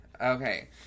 Okay